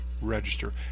Register